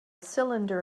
cylinder